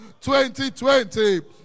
2020